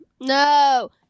No